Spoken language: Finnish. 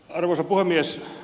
arvoisa puhemies